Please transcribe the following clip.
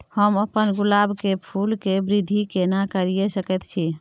हम अपन गुलाब के फूल के वृद्धि केना करिये सकेत छी?